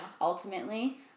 ultimately